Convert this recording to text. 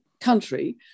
country